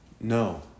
No